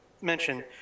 mention